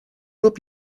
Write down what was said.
rub